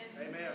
Amen